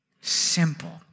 Simple